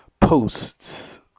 posts